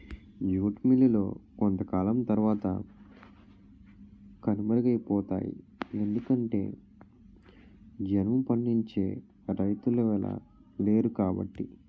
jute మిల్లులు కొంతకాలం తరవాత కనుమరుగైపోతాయి ఎందుకంటె జనుము పండించే రైతులెవలు లేరుకాబట్టి